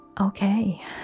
Okay